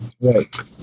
Right